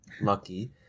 lucky